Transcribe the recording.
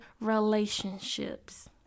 relationships